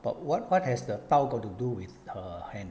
but what what has the 刀 got to do with her hand